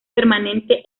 permanente